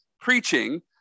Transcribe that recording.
preaching